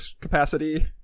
capacity